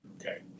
Okay